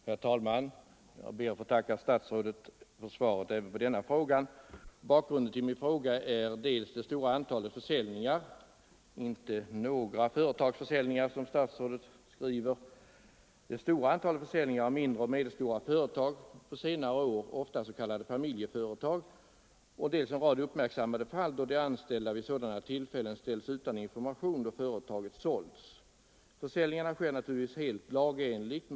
Herr talman! Jag ber att få tacka statsrådet för svaret även på denna fråga. Bakgrunden till min fråga är dels det stora antalet försäljningar — inte ”några” företagsförsäljningar, som statsrådet säger — av mindre och medelstora företag, på senare år ofta s.k. familjeföretag, dels en rad uppmärksammade fall där de anställda vid sådana tillfällen ställts utan information då företaget sålts. Försäljningarna sker naturligtvis helt lagenligt.